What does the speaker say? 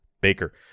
Baker